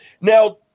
Now